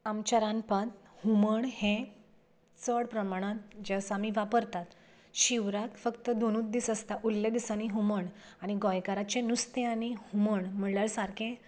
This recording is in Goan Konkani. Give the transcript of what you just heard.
आमच्या रांदपांत हुमण हें चड प्रमाणांत जें आसा आमी वापरतात शिवराक फकत दोनूद दीस आसता उरिल्ल्या दिसांनी हुमण आनी गोंयकारांचें नुस्तें आनी हुमण म्हळ्यार सारकें